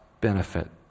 benefit